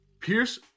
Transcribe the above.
Pierce